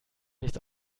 nichts